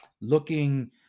looking